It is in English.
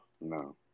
No